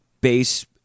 base